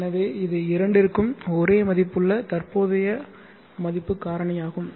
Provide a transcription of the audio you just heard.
எனவே இது இரண்டிற்கும் ஒரே மதிப்புள்ள தற்போதைய மதிப்பு காரணியாகும்